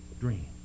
dream